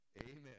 Amen